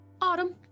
Autumn